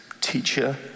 Teacher